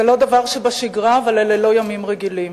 זה לא דבר שבשגרה, אבל אלה לא ימים רגילים.